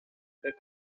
fait